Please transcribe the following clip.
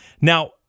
Now